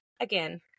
again